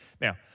Now